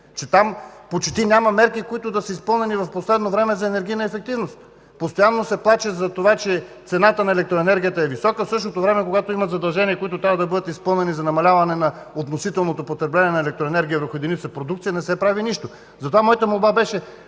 Че там почти няма мерки, които да са изпълнени в последно време за енергийна ефективност. Постоянно се плаче за това, че цената на електроенергията е висока, в същото време, когато има задължения, които трябва да бъдат изпълнени за намаляване на относителното потребление на електроенергия върху единица продукция не се прави нищо. Затова моята молба беше: